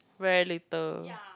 very little